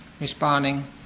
responding